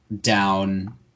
down